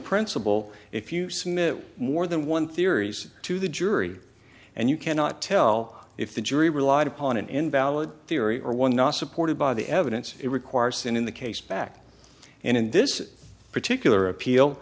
principle if you smith more than one theories to the jury and you cannot tell if the jury relied upon an invalid theory or one not supported by the evidence it requires in the case back and in this particular appeal